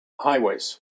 highways